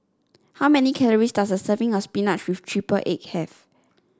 how many calories does a serving of spinach with triple egg have